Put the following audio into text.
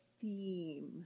theme